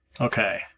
Okay